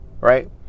Right